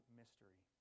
mystery